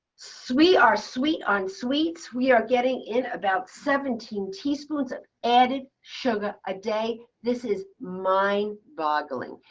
sweet are sweet on sweets. we are getting in about seventeen teaspoons of added sugar a day. this is mind boggling.